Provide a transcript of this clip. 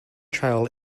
trail